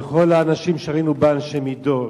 וכל האנשים שראינו בה אנשי מידות,